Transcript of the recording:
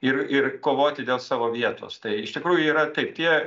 ir ir kovoti dėl savo vietos tai iš tikrųjų yra taip tie